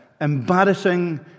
embarrassing